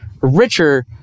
richer